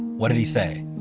what did he say?